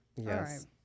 Yes